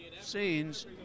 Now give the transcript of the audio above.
scenes